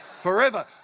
Forever